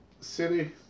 City